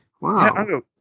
wow